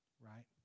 right